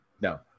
no